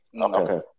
Okay